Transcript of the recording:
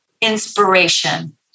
inspiration